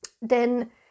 Denn